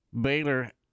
Baylor